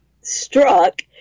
struck